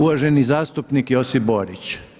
Uvaženi zastupnik Josip Borić.